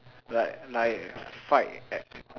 like my fight at